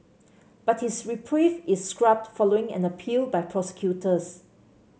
but his reprieve is scrubbed following an appeal by prosecutors